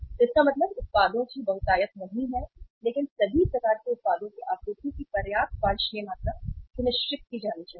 तो इसका मतलब उत्पादों की बहुतायत नहीं है लेकिन सभी प्रकार के उत्पादों की आपूर्ति की पर्याप्त वांछनीय मात्रा सुनिश्चित की जानी चाहिए